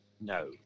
No